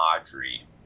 Audrey